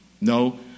No